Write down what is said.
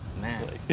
man